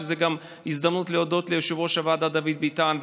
וזו גם הזדמנות להודות ליושב-ראש הוועדה דוד ביטן,